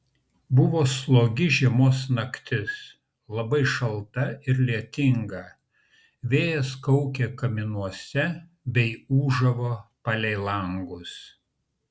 buvo slogi žiemos naktis labai šalta ir lietinga vėjas kaukė kaminuose bei ūžavo palei langus